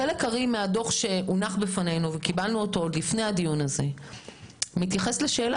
חלק הארי מהדוח שהונח בפנינו מתייחס לשאלה